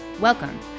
Welcome